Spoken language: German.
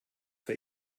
für